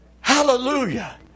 Hallelujah